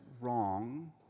wrong